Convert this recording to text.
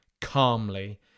calmly